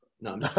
No